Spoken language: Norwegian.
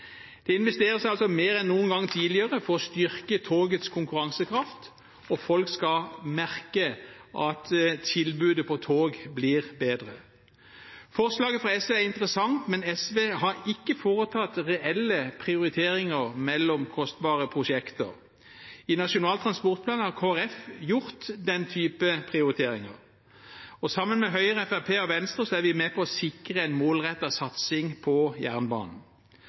Det investeres altså mer enn noen gang tidligere for å styrke togets konkurransekraft. Folk skal merke at togtilbudet blir bedre. Forslaget fra SV er interessant, men SV har ikke foretatt reelle prioriteringer mellom kostbare prosjekter. I Nasjonal transportplan har Kristelig Folkeparti gjort den slags prioriteringer. Sammen med Høyre, Fremskrittspartiet og Venstre er vi med på å sikre en målrettet satsing på jernbanen.